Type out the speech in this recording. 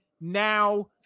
now